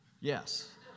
Yes